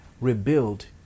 rebuild